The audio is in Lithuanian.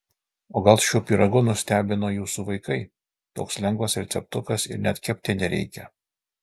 o gal šiuo pyragu nustebino jūsų vaikai toks lengvas receptukas ir net kepti nereikia